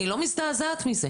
אני לא מזדעזעת מזה,